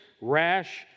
rash